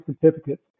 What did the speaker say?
certificates